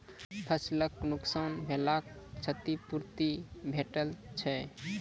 फसलक नुकसान भेलाक क्षतिपूर्ति भेटैत छै?